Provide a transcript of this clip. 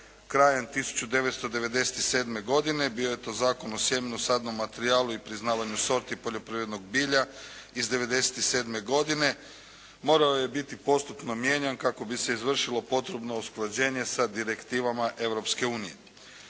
krajem 2007. godine, bio je to Zakon o sjemenu, sadnom materijalu i priznavanju sorti poljoprivredno bilja iz 97. godine. Morao je biti postupno mijenjan kako bi se izvršilo postupno usklađenje sa direktivama